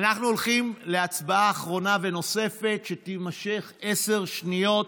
הולכים להצבעה נוספת ואחרונה, שתימשך עשר שניות.